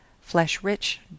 Flesh-rich